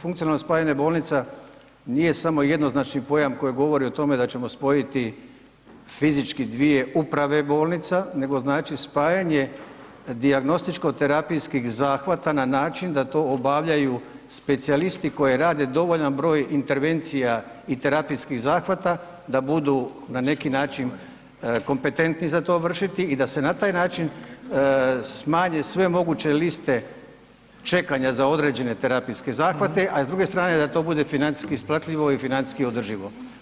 Funkcionalno spajanje bolnica nije samo jednoznačni pojam koji govori o tome da ćemo spojiti fizički dvije uprave bolnica, nego znači spajanje dijagnostičko terapijskih zahvata na način da to obavljaju specijalisti koji rade dovoljan broj intervencija i terapijskih zahvata, da budu na neki način kompetentni za to vršiti i da se na taj način smanje sve moguće liste čekanja za određene terapijske zahvate, a s druge strane da to bude financijski isplatljivo i financijski održivo.